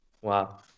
Wow